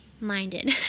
minded